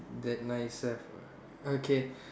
that nice uh okay